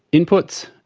inputs,